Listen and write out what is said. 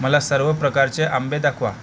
मला सर्व प्रकारचे आंबे दाखवा